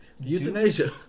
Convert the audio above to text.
Euthanasia